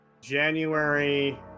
January